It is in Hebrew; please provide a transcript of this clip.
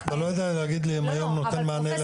אתה לא יודע להגיד לי אם היום נותן מענה לפריפריה או לא.